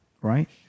right